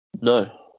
No